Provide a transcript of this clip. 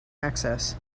access